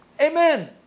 amen